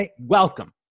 welcome